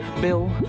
bill